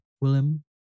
Willem